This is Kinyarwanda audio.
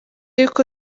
yuko